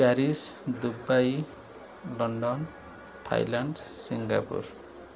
Paris Dubai London Thailand Singapore